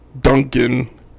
Duncan